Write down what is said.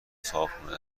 صاحبخونه